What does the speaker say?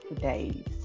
days